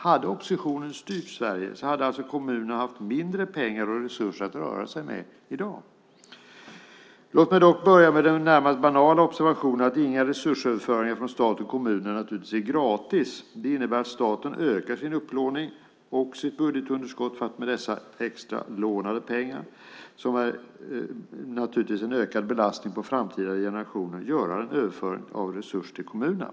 Om oppositionen hade styrt Sverige hade kommunerna haft mindre pengar och resurser att röra sig med i dag. Låt mig dock börja med den närmast banala observationen att inga resursöverföringar från stat till kommuner är gratis. Det innebär att staten ökar sin upplåning och sitt budgetunderskott för att med dessa extra lånade pengar, som naturligtvis är en ökad belastning på framtida generationer, göra en överföring av resurser till kommunerna.